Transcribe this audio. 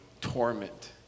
torment